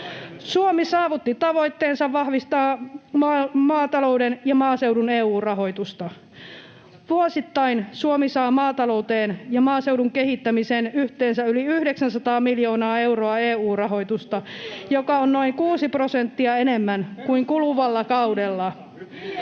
Suomi saavutti tavoitteensa vahvistaa maatalouden ja maaseudun EU-rahoitusta. Vuosittain Suomi saa maatalouteen ja maaseudun kehittämiseen yhteensä yli 900 miljoonaa euroa EU-rahoitusta, joka on noin 6 prosenttia enemmän kuin kuluvalla kaudella.